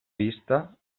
vista